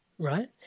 Right